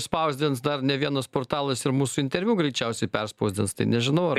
spausdins dar ne vienas portalas ir mūsų interviu greičiausiai perspausdins tai nežinau ar